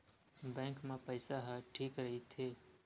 Bank मा पईसा ह ठीक राइथे?